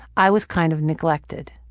i was kind of neglected.